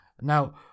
now